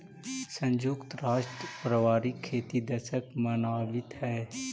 संयुक्त राष्ट्र पारिवारिक खेती दशक मनावित हइ